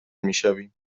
میشویم